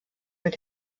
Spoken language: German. mit